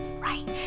right